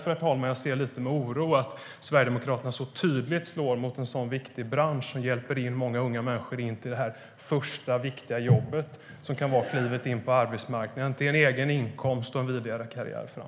Det är därför jag ser med oro på att Sverigedemokraterna så tydligt slår mot en sådan viktig bransch som hjälper många unga människor in till det första, viktiga jobbet som kan vara klivet in på arbetsmarknaden, till en egen inkomst och till en vidare karriär.